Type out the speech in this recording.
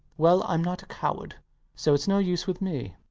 well, i'm not a coward so it's no use with me.